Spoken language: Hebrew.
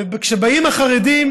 וכשבאים החרדים